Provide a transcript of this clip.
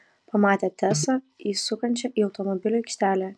pamatė tesą įsukančią į automobilių aikštelę